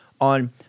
on